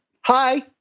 Hi